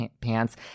pants